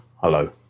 Hello